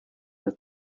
were